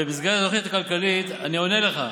במסגרת התוכנית הכלכלית, אני עונה לך,